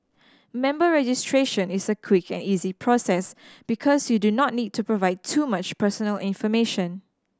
member registration is a quick and easy process because you do not need to provide too much personal information